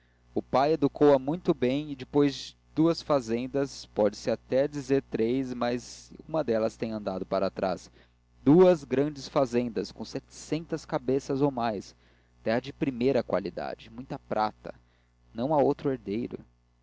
o pai educou a muito bem e depois duas fazendas pode-se até dizer três mas uma delas tem andado para trás duas grandes fazendas com setecentas cabeças ou mais terra de primeira qualidade muita prata não há outro herdeiro